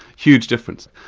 huge difference.